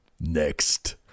next